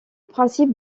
principe